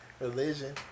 religion